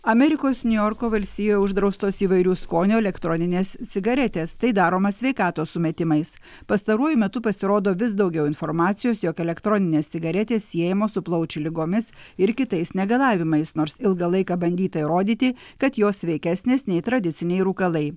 amerikos niujorko valstijoje uždraustos įvairių skonių elektroninės cigaretės tai daroma sveikatos sumetimais pastaruoju metu pasirodo vis daugiau informacijos jog elektroninės cigaretės siejamos su plaučių ligomis ir kitais negalavimais nors ilgą laiką bandyta įrodyti kad jos sveikesnės nei tradiciniai rūkalai